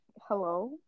hello